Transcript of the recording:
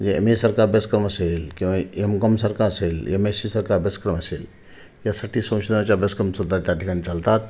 म्हणजे एम एसारखा अभ्यासक्रम असेल किंवा एम कॉमसारखा असेल एम्मे सीसारखा अभ्यासक्रम असेल यासाठी संशोधनाच्या अभ्यासक्रम सुद्धा त्या ठिकाणी चालतात